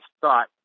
thought